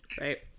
Right